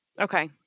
Okay